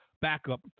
backup